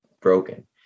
Broken